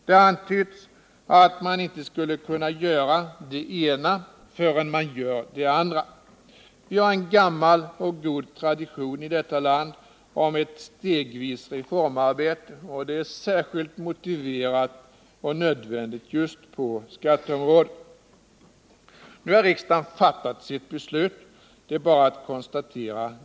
Det har vidare antytts att man inte skulle kunna göra det ena förrän man gör det andra. Vi har en gammal och god tradition i detta land i fråga om stegvis reformarbete. Det är särskilt motiverat och nödvändigt just på skatteområdet. Nu har riksdagen fattat sitt beslut — det är bara att konstatera.